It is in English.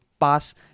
pass